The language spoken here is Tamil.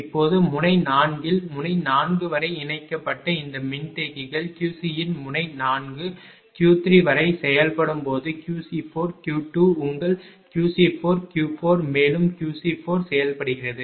இப்போது முனை 4 இல் முனை 4 வரை இணைக்கப்பட்ட இந்த மின்தேக்கிகள் QC இன் முனை 4 Q3 வரை செயல்படும் போது QC4 Q2 உங்கள் QC4 Q4 மேலும் QC4 செயல்படுகிறது